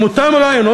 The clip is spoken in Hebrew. עם אותם רעיונות,